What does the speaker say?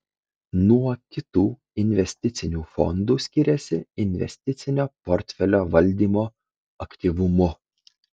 nuo kitų investicinių fondų skiriasi investicinio portfelio valdymo aktyvumu